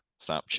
Snapchat